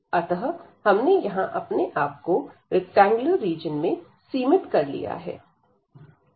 अतः हमने यहां अपने आपको रैक्टेंगुलर रीजन में सीमित कर लिया है